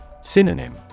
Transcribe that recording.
Synonym